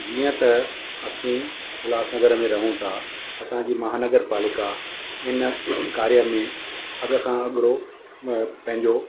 जीअं त असी उल्हासनगर में रहूं था असांजी महानगर पालिका इन कार्य में अगरि करण घुरो पंहिंजो